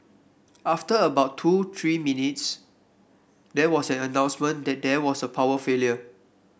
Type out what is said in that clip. after about two to three minutes there was an announcement that there was a power failure